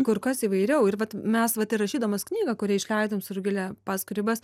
kur kas įvairiau ir vat mes vat ir rašydamos knygą kurią išleidom su rugile paskui ribas